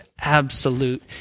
Absolute